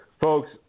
Folks